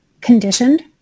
conditioned